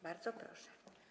Bardzo proszę.